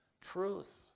truth